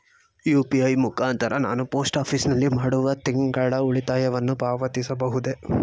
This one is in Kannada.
ಯು.ಪಿ.ಐ ಮುಖಾಂತರ ನಾನು ಪೋಸ್ಟ್ ಆಫೀಸ್ ನಲ್ಲಿ ಮಾಡುವ ತಿಂಗಳ ಉಳಿತಾಯವನ್ನು ಪಾವತಿಸಬಹುದೇ?